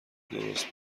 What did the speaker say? درست